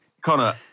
Connor